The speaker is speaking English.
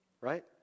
right